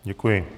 Děkuji.